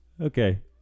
Okay